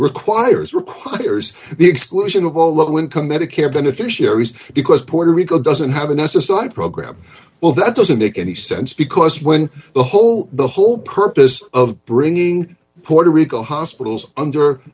requires requires the exclusion of all low income medicare beneficiaries because puerto rico doesn't have an s s i program well that doesn't make any sense because when the whole the whole purpose of bringing puerto rico hospitals under